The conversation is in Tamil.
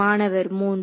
மாணவர் 3